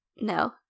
No